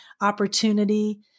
opportunity